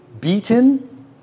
beaten